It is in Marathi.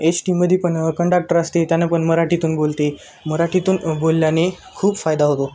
एस टीमध्ये पण कंडक्टर असते त्यांना पण मराठीतून बोलते मराठीतून बोलल्याने खूप फायदा होतो